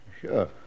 Sure